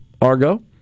Argo